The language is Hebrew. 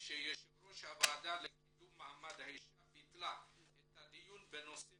שיושב-ראש הוועדה לקידום מעמד האישה ביטלה את הדיון בנושא